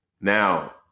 Now